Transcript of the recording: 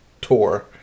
tour